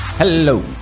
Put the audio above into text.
Hello